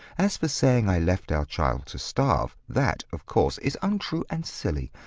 as for saying i left our child to starve, that, of course, is untrue and silly.